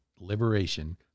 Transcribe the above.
liberation